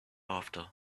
after